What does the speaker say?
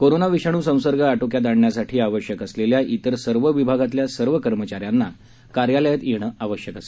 corona विषाण् संसर्ग आटोक्यात आणण्यासाठी आवश्यक असलेल्या इतर सर्व विभागातल्या सर्व कर्मचाऱ्यांना कार्यालयात येणं आवश्यक आहे